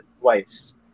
twice